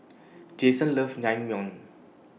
Jayson loves Naengmyeon